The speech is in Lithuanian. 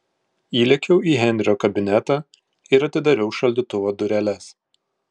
įlėkiau į henrio kabinetą ir atidariau šaldytuvo dureles